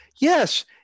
yes –